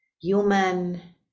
Human